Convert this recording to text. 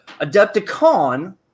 adepticon